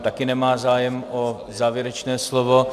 Také nemá zájem o závěrečné slovo.